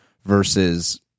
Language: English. versus